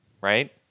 right